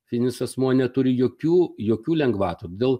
fizinis asmuo neturi jokių jokių lengvatų todėl